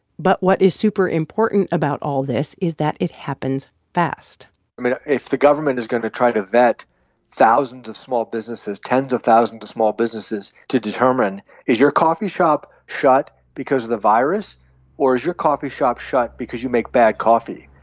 but what is super important about all this is that it happens fast i mean, if the government is going to try to vet thousands of small businesses tens of thousands of small businesses to determine is your coffee shop shut because of the virus or is your coffee shop shut because you make bad coffee?